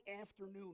afternoon